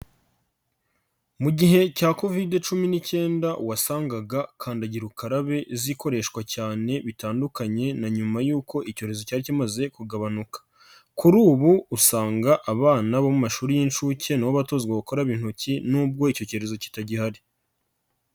Mu gihe cya covid cumi n'icyenda, wasangaga kandagira ukarabe zikoreshwa cyane bitandukanye na nyuma y'uko icyorezo cyari kimaze kugabanuka. Kuri ubu usanga abana bo mu mashuri y'inshuke na bo batozwakaraba intoki nubwo icyo cyorezo kitagihari.